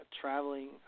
traveling